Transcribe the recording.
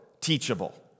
teachable